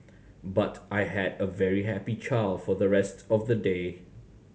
but I had a very happy child for the rest of the day